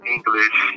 English